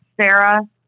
Sarah